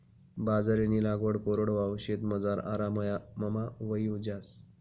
बाजरीनी लागवड कोरडवाहू शेतमझार आराममा व्हयी जास